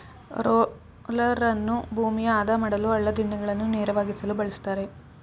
ರೋಲರನ್ನು ಭೂಮಿಯ ಆದ ಮಾಡಲು, ಹಳ್ಳ ದಿಣ್ಣೆಗಳನ್ನು ನೇರವಾಗಿಸಲು ಬಳ್ಸತ್ತರೆ